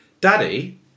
Daddy